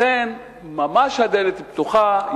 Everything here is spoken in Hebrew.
לכן, ממש הדלת פתוחה.